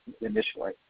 initially